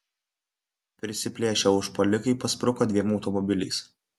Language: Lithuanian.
prisiplėšę užpuolikai paspruko dviem automobiliais